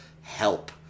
help